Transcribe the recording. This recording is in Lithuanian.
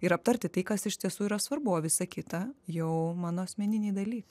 ir aptarti tai kas iš tiesų yra svarbu o visa kita jau mano asmeniniai dalykai